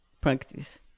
practice